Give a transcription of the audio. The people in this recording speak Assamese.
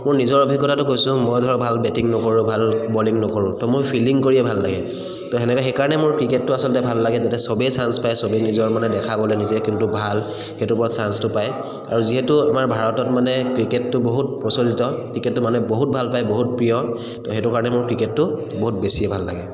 মোৰ নিজৰ অভিজ্ঞতাটো কৈছোঁ মই ধৰক ভাল বেটিং নকৰোঁ ভাল বলিং নকৰোঁ তো মোৰ ফিল্ডিং কৰিয়ে ভাল লাগে তো তেনেকৈ সেইকাৰণে মোৰ ক্ৰিকেটটো আচলতে ভাল লাগে যাতে সবেই চান্স পায় চবেই নিজৰ মানে দেখাবলৈ নিজে কোনটো ভাল সেইটো ওপৰত চানঞ্চটো পায় আৰু যিহেতু আমাৰ ভাৰতত মানে ক্ৰিকেটটো বহুত প্ৰচলিত ক্ৰিকেটটো মানে বহুত ভাল পায় বহুত প্ৰিয় তো সেইটো কাৰণে মোৰ ক্ৰিকেটটো বহুত বেছিয়ে ভাল লাগে